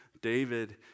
David